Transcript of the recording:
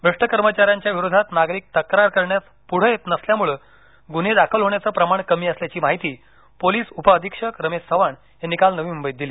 भ्रष्ट कर्माचा यांच्या विरोधात नागरिक तक्रार करण्यास पुढे येत नसल्यामुळे गुन्हे दाखल होण्याचं प्रमाण कमी असल्याची माहिती पोलीस उप अधीक्षक रमेश चव्हाण यांनी काल नवी मुंबईत दिली